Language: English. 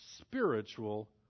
spiritual